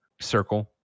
circle